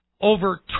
Over